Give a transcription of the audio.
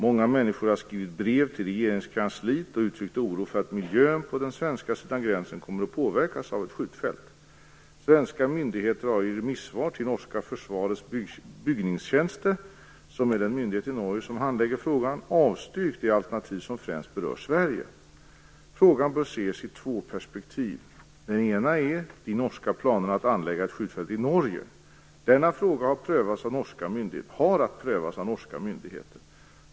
Många människor har skrivit brev till Regeringskansliet och uttryckt oro för att miljön på den svenska sidan gränsen kommer att påverkas av ett skjutfält. Svenska myndigheter har i remissvar till norska Forsvarets bygningstjeneste, som är den myndighet i Norge som handlägger frågan, avstyrkt det alternativ som främst berör Sverige. Frågan bör ses i två perspektiv. Det ena är de norska planerna att anlägga ett skjutfält i Norge. Denna fråga har att prövas av norska myndigheter.